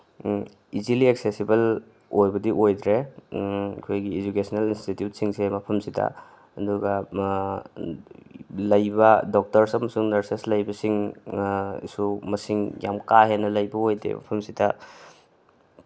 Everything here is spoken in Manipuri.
ꯏꯖꯤꯂꯤ ꯑꯦꯛꯁꯦꯁꯤꯕꯜ ꯑꯣꯏꯕꯗꯤ ꯑꯣꯏꯗ꯭ꯔꯦ ꯑꯩꯈꯣꯏꯒꯤ ꯏꯗꯨꯀꯦꯁꯅꯦꯜ ꯏꯟꯁꯇꯤꯇ꯭ꯌꯨꯠꯁꯤꯡꯁꯦ ꯃꯐꯝꯁꯤꯗ ꯑꯗꯨꯒ ꯂꯩꯕ ꯗꯣꯛꯇꯔꯁ ꯑꯃꯁꯨꯡ ꯅꯔꯁꯦꯁ ꯂꯩꯕꯁꯤꯡ ꯁꯨ ꯃꯁꯤꯡ ꯌꯥꯝ ꯀꯥ ꯍꯦꯟꯅ ꯂꯩꯕ ꯑꯣꯏꯗꯦ ꯃꯐꯝꯁꯤꯗ